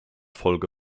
folge